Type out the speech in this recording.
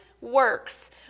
works